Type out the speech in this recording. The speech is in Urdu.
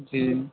جی